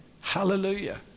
Hallelujah